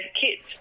kids